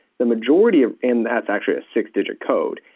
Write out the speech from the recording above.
the majority of. and that's actually a six-digit-code.